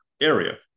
area